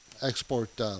export